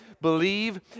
Believe